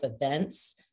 events